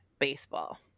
baseball